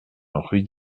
rue